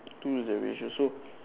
two is the ratio so